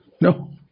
No